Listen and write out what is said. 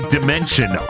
Dimension